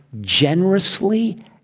generously